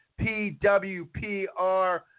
PWPR